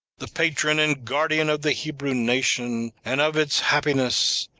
the patron and guardian of the hebrew nation, and of its happiness,